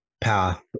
path